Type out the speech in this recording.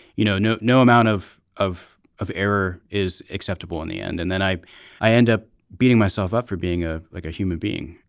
you no no no amount of of of error is acceptable in the end. and then i i end up beating myself up for being a like a human being.